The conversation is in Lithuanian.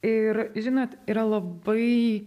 ir žinot yra labai